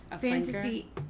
fantasy